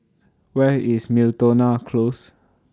Where IS Miltonia Close